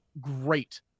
great